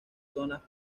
zonas